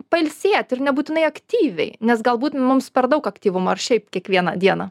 pailsėt ir nebūtinai aktyviai nes galbūt mums per daug aktyvumo ar šiaip kiekvieną dieną